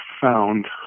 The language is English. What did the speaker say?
found